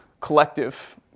collective